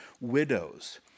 widows